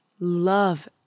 love